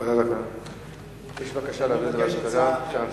אבקש הצעה אחרת.